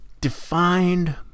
defined